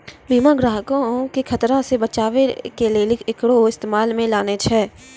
बीमा ग्राहको के खतरा से बचाबै के लेली एकरो इस्तेमाल मे लानै छै